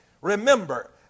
Remember